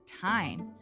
time